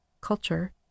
culture